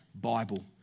Bible